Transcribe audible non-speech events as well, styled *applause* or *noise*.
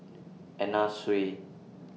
Anna Sui *noise*